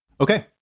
Okay